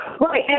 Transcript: Right